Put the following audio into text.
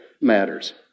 matters